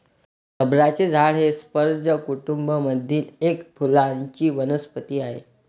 रबराचे झाड हे स्पर्ज कुटूंब मधील एक फुलांची वनस्पती आहे